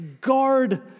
guard